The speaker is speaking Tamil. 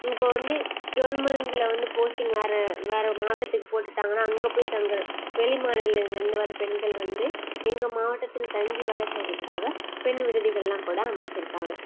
இப்போது கவுர்மெண்டில் வந்து போஸ்ட்டிங் வேறு வேறு மாவட்டத்துக்கு போட்டுட்டாங்கனா அங்கே போய் தங்குற வெளி மாநிலங்கள்லிருந்து வர பெண்கள் வந்து எங்கள் மாவட்டத்தில் தங்கி வேலை செய்வதுக்காக பெண் விடுதிகள்லாம் கூட அமைச்சிருக்காங்க